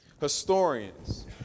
Historians